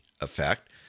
effect